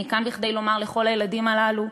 אני כאן כדי לומר לכל הילדים הללו: